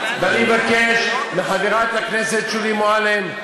ואני מבקש מחברת הכנסת שולי מועלם,